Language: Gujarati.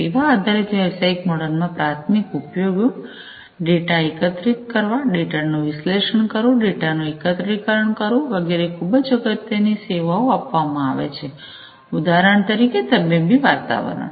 સેવા આધારિત વ્યવસાયિક મોડલમાં પ્રાથમિક ઉપયોગો ડેટા એકત્રિત કરવા ડેટાનું વિષ્લેષ્ણ કરવું ડેટાનું એકત્રીકરણ કરવું વગેરે ખૂબ જ અગત્યની સેવાઓ આપવામાં આવે છે ઉદાહરણ તરીકે તબીબી વાતાવરણ